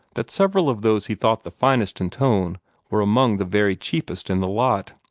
that several of those he thought the finest in tone were among the very cheapest in the lot.